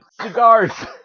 Cigars